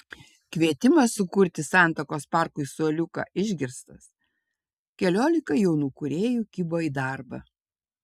kvietimas sukurti santakos parkui suoliuką išgirstas keliolika jaunų kūrėjų kibo į darbą